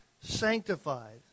sanctified